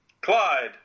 Clyde